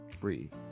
breathe